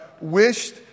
wished